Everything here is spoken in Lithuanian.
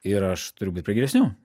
ir aš turiu būt prie geresnių